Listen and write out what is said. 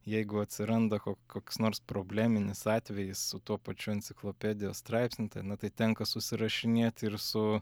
jeigu atsiranda ko koks nors probleminis atvejis su tuo pačiu enciklopedijos straipsniu tai na tai tenka susirašinėti ir su